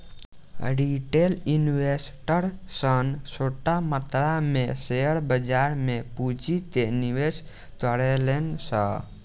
retail investor सन छोट मात्रा में शेयर बाजार में पूंजी के निवेश करेले सन